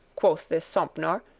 quoth this sompnour,